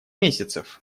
месяцев